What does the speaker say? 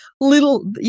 little